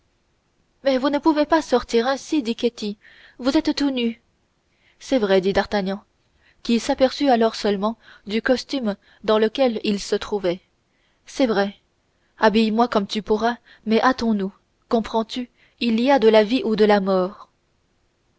mais vous ne pouvez pas sortir ainsi dit ketty vous êtes tout nu c'est vrai dit d'artagnan qui s'aperçut alors seulement du costume dans lequel il se trouvait c'est vrai habille moi comme tu pourras mais hâtons-nous comprends-tu il y va de la vie et de la mort